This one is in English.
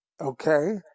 Okay